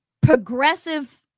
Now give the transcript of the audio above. progressive